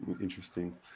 interesting